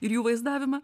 ir jų vaizdavimą